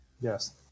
Yes